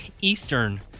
eastern